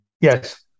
Yes